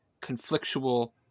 conflictual